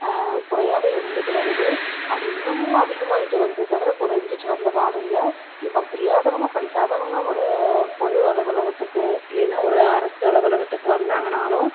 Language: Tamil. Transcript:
குறையாகவே இருந்துகிட்டு வருது அது இன்னமும் அதிகமாயிட்டு வருதே தவிர குறைஞ்சிகிட்டு வந்தப்பாடில்லை இப்போ புரியாதவங்க படிக்காதவங்க ஒரு பொது அலுவலகத்துக்கு இல்லேன்னா ஒரு அரசு அலுவலகத்துக்கு வந்தாங்கனாலும்